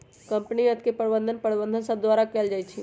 company अर्थ के प्रबंधन प्रबंधक सभ द्वारा कएल जाइ छइ